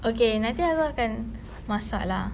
okay nanti aku akan masak lah